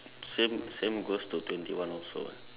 same same goes to twenty one also eh